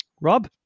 rob